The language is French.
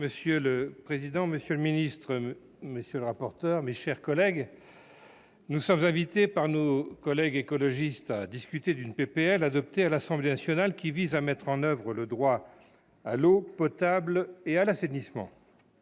Monsieur le président, monsieur le secrétaire d'État, monsieur le rapporteur, mes chers collègues, nous sommes invités par nos collègues écologistes à discuter d'une proposition de loi, adoptée à l'Assemblée nationale, qui vise à mettre en oeuvre le droit à l'eau potable et à l'assainissement.